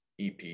EP